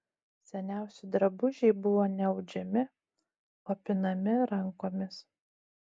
seniausi drabužiai buvo ne audžiami o pinami rankomis